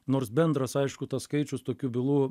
nors bendras aišku tas skaičius tokių bylų